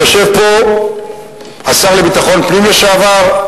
ויושב פה השר לביטחון פנים לשעבר,